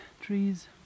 trees